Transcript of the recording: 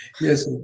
Yes